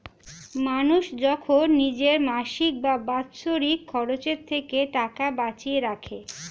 মানুষ যখন নিজের মাসিক বা বাৎসরিক খরচের থেকে টাকা বাঁচিয়ে রাখে